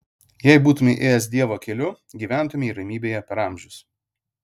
jei būtumei ėjęs dievo keliu gyventumei ramybėje per amžius